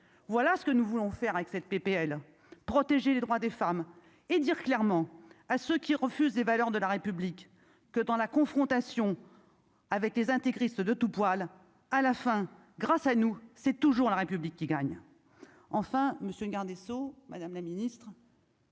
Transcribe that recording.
voilà ce que nous voulons faire avec cette PPL, protéger les droits des femmes et dire clairement à ceux qui refusent des valeurs de la République que dans la confrontation avec les intégristes de tout poil, à la fin, grâce à nous, c'est toujours la République qui gagne. Enfin, monsieur le garde des sceaux, madame la ministre.